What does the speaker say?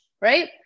right